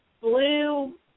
blue